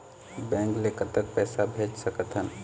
Bank ले कतक पैसा भेज सकथन?